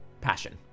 Passion